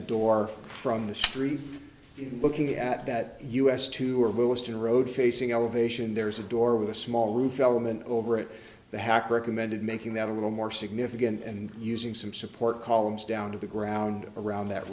a door from the street even looking at that us two or williston road facing elevation there is a door with a small roof element over it the hack recommended making that a little more significant and using some support columns down to the ground around that